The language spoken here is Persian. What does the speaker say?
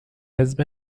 حزب